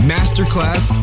Masterclass